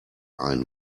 einen